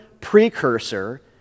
precursor